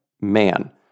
Man